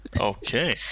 Okay